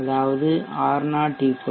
அதாவது R0 VT